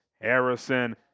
harrison